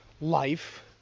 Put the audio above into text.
life